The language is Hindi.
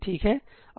ठीक है